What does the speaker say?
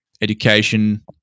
education